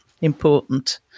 important